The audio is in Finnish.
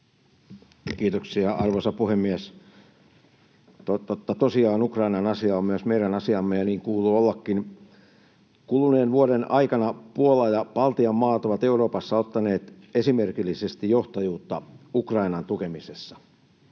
Kiitoksia, arvoisa puhemies! Totta tosiaan Ukrainan asia on myös meidän asiamme, ja niin kuuluu ollakin. Kuluneen vuoden aikana Puola ja Baltian maat ovat Euroopassa ottaneet esimerkillisesti johtajuutta Ukrainan tukemisessa.